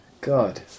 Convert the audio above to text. God